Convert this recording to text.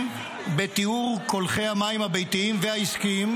בטיהור קולחי המים הביתיים והעסקיים,